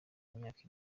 imyaka